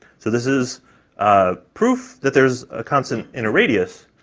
so this is ah proof that there's a constant inner radius,